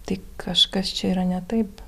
tai kažkas čia yra ne taip